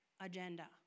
agenda